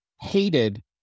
hated